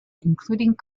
including